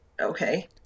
okay